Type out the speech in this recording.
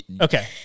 Okay